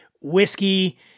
whiskey